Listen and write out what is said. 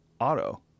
Auto